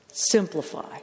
Simplify